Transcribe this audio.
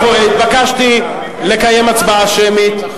התבקשתי לקיים הצבעה שמית.